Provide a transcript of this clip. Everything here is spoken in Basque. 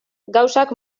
gauzak